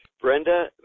Brenda